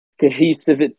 cohesive